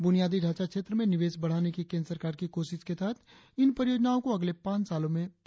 बुनियादी ढांचा क्षेत्र में निवेश बढ़ाने की केंद्र सरकार की कोशिश के तहत इन परियोजनाओं को अगले पांच सालों में पूरा किया जायेगा